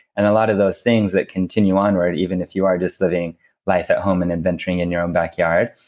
and a lot of those things that continue on, where even if you are just living life at home and adventuring in your own backyard,